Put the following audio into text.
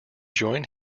join